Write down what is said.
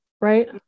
right